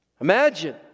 Imagine